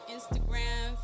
Instagram